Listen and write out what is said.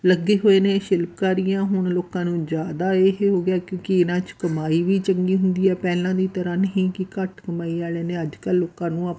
ਲੱਗੇ ਹੋਏ ਨੇ ਸ਼ਿਲਪਕਾਰੀਆਂ ਹੁਣ ਲੋਕਾਂ ਨੂੰ ਜ਼ਿਆਦਾ ਇਹ ਹੋ ਗਿਆ ਕਿਉਂਕਿ ਇਹਨਾਂ 'ਚ ਕਮਾਈ ਵੀ ਚੰਗੀ ਹੁੰਦੀ ਆ ਪਹਿਲਾਂ ਦੀ ਤਰ੍ਹਾਂ ਨਹੀਂ ਕਿ ਘੱਟ ਕਮਾਈ ਵਾਲਿਆਂ ਨੇ ਅੱਜ ਕੱਲ੍ਹ ਲੋਕਾਂ ਨੂੰ